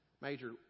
major